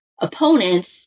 opponents